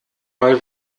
mal